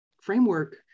framework